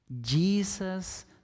Jesus